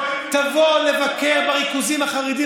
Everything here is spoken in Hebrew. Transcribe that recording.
תבוא לבקר בריכוזים החרדיים,